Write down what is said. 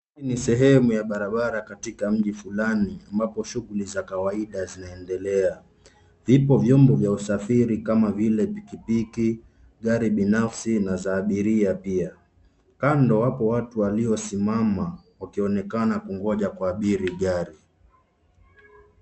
Hii ni sehemu ya barabara katika mji fulani ambapo shughuli za kawaida zinaendelea. Zipo vyombo vya usafiri kama vile pikipiki, gari binafsi na za abiria pia. Kando hapo watu waliosimama wakionekana kungoja kuabiri gari.